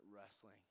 wrestling